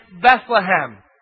Bethlehem